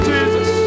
Jesus